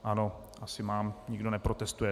Ano, asi mám, nikdo neprotestuje.